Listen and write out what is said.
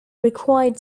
required